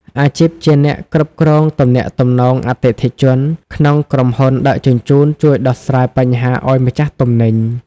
អាជីពជាអ្នកគ្រប់គ្រងទំនាក់ទំនងអតិថិជន ក្នុងក្រុមហ៊ុនដឹកជញ្ជូន ជួយដោះស្រាយបញ្ហាឱ្យម្ចាស់ទំនិញ។